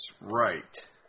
right